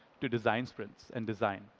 to design sprints and design?